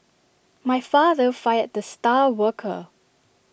my father fired the star worker